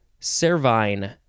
cervine